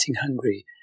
hungry